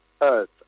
earth